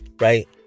right